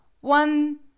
one